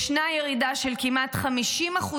יש יריד של כמעט 50%